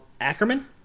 Ackerman